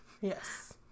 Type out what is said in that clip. Yes